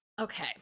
Okay